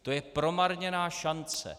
To je promarněná šance.